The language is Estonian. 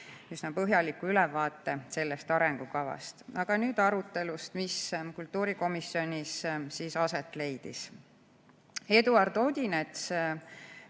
põhjaliku ülevaate sellest arengukavast. Aga nüüd arutelust, mis kultuurikomisjonis aset leidis. Eduard Odinets